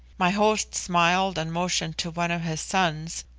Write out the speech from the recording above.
my host smiled and motioned to one of his sons,